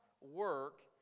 work